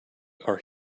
are